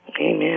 Amen